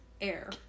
Air